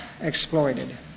exploited